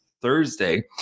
Thursday